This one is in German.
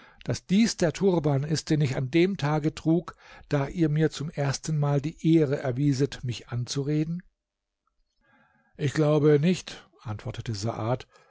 daß dies der turban ist den ich an dem tage trug da ihr mir zum erstenmal die ehre erwieset mich anzureden ich glaube nicht antwortete saad